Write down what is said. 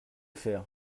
faire